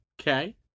Okay